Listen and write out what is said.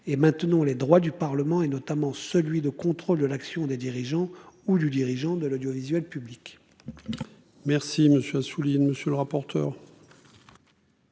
et maintenant les droits du Parlement, et notamment celui de contrôle de l'action des dirigeants ou du dirigeant de l'audiovisuel public. Merci monsieur Assouline. Monsieur le rapporteur.